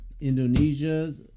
Indonesia's